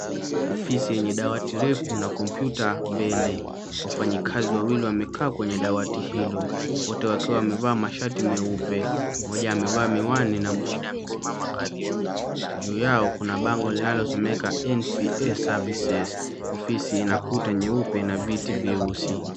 Ofisi yenye dawati refu na kompyuta mbele. Wafanyikazi wawili wamekaa kwenye dawati hilo, wote wakiwa wamevaa mashati meupe. Mmoja amevaa miwani, mwingine amesimama karibu. Juu yao kuna bango linalosomeka NCA services . Ofisi ina kuta nyeupe na viti vyeusi.